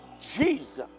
Jesus